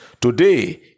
Today